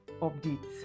updates